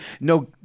no